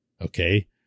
Okay